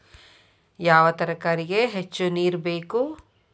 ಯಾವ ತರಕಾರಿಗೆ ಹೆಚ್ಚು ನೇರು ಬೇಕು?